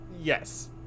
yes